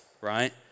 right